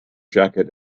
jacket